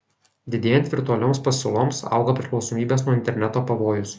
didėjant virtualioms pasiūloms auga priklausomybės nuo interneto pavojus